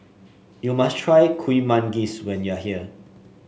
you must try Kuih Manggis when you are here